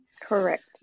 Correct